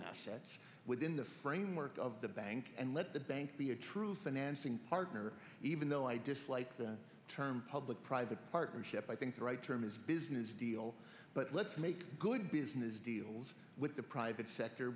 assets within the framework of the bank and let the bank be a true financing partner even though i dislike the term public private partnership i think the right term is business deal but let's make good business deals the private sector